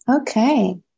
Okay